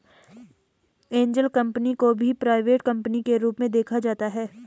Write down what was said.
angel company को भी private company के रूप में देखा जाता है